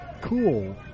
cool